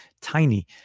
Tiny